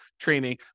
training